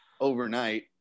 overnight